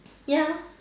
ya